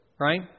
right